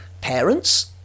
parents